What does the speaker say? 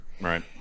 right